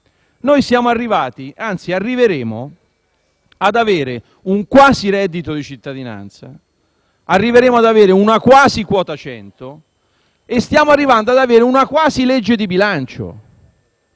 questo Paese. Noi arriveremo ad avere un quasi reddito di cittadinanza, arriveremo ad avere una quasi quota 100, e stiamo arrivando ad avere una quasi legge di bilancio.